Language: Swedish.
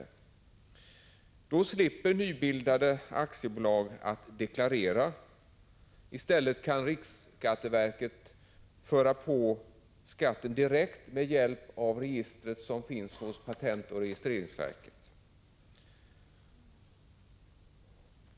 Om förslaget bifalls slipper nybildade aktiebolag att deklarera försäljningsbeloppet, och i stället kan riksskatteverket föra på skatten direkt med hjälp av de register som finns hos patentoch registreringsverket.